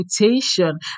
reputation